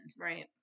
Right